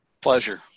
pleasure